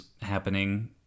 happening